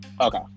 Okay